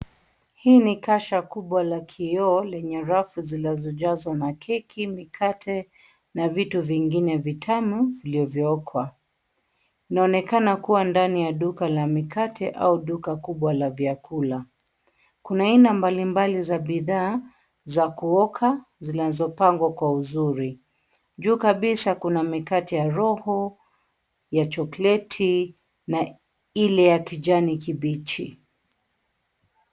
Hii ni kasha kubwa la kioo lenye rafu zilizojazwa makeki, mikate na vitu vingine vitamu vilivyookwa. Mnaonekana kuwa ndani ya duka la mikate au duka kubwa la vyakula. Kuna aina mbali mbali za bidhaa za kuoka zinazopangwa kwa uzuri. Juu kabisa kuna mikate ya roho, ya chokleti na ile ya kijani kibichi.